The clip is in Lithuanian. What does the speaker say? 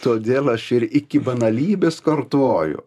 todėl aš ir iki banalybės kartoju